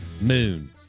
Moon